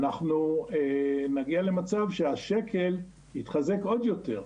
אנחנו נגיע למצב שהשקל יתחזק עוד יותר.